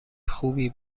خوبی